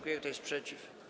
Kto jest przeciw?